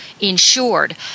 insured